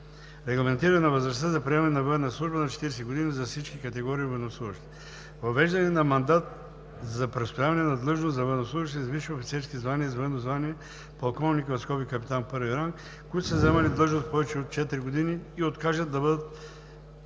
регламентиране на възрастта за приемане на военна служба на 40 години за всички категории военнослужещи; въвеждане на мандат за престояване на длъжност за военнослужещите с висши офицерски звания и с военно звание „полковник“ („капитан I ранг“), които са заемали длъжност повече от 4 години и откажат да бъдат